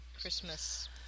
christmas